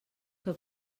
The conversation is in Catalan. que